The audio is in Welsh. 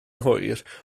hwyr